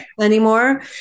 anymore